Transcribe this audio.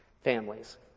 families